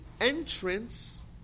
entrance